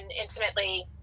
intimately